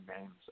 names